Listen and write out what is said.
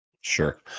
Sure